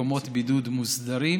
מקומות בידוד מוסדרים.